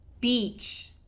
Beach